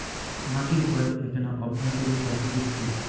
মাটির ক্ষয় এ্যাকনা অভ্যন্তরীণ প্রাকৃতিক ক্রিয়া